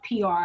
PR